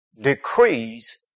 decrees